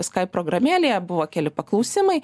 skype programėlėje buvo keli paklausimai